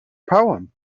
poem